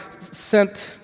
sent